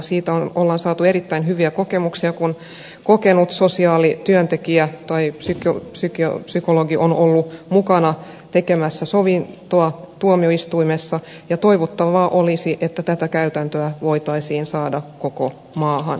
siitä on saatu erittäin hyviä kokemuksia että kokenut sosiaalityöntekijä tai psykologi on ollut mukana tekemässä sovintoa tuomioistuimessa ja toivottavaa olisi että tämä käytäntö voitaisiin saada koko maahan